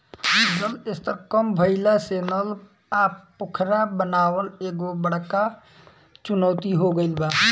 जल स्तर कम भइला से नल आ पोखरा बनावल एगो बड़का चुनौती हो गइल बा